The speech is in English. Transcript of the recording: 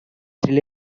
his